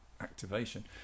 activation